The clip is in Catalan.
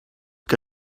que